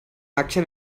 action